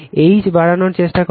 H বাড়ানোর চেষ্টা করছে